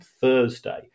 Thursday